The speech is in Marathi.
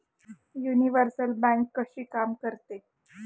युनिव्हर्सल बँक कशी काम करते?